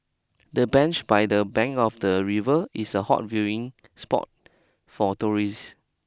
the bench by the bank of the river is a hot viewing spot for tourists